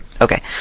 Okay